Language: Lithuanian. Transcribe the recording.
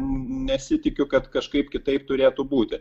nesitikiu kad kažkaip kitaip turėtų būti